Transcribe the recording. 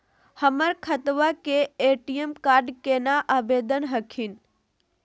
हमर खतवा के ए.टी.एम कार्ड केना आवेदन हखिन?